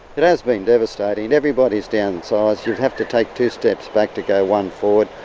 it has been devastating and everybody's downsized. you'd have to take two steps back to go one forward.